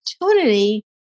opportunity